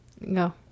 no